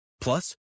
Plus